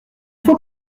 faut